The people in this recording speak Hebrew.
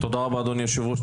תודה רבה אדוני היושב ראש.